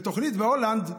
בתוכנית בהולנד,